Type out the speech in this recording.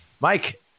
Mike